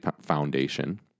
Foundation